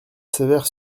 sévère